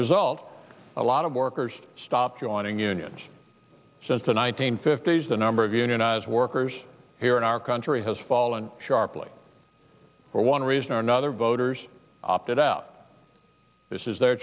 result a lot of workers stopped joining unions since the one nine hundred fifty s the number of unionized workers here in our country has fallen sharply for one reason or another voters opted out this is their